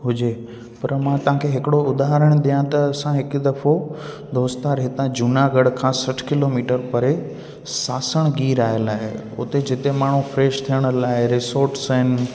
हुजे पर मां तव्हांखे हिकिड़ो उदाहरण ॾियां त असां हिकु दफ़ो दोस्तार हितां जूनागढ़ खां सठि किलोमीटर परे सासन गिर आयलु आहे उते जिते माण्हू फ्रेश थियण लाइ रिज़ोर्ट्स आहिनि